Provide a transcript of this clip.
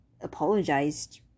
apologized